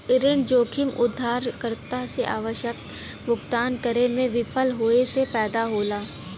ऋण जोखिम उधारकर्ता से आवश्यक भुगतान करे में विफल होये से पैदा होला